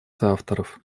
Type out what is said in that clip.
соавторов